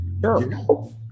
Sure